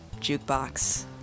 Jukebox